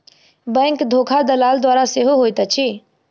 bank धोखा दलाल द्वारा सेहो होइत अछि